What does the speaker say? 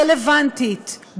רלוונטית,